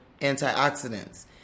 antioxidants